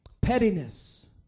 Pettiness